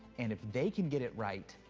and if they can get it right,